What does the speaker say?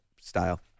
style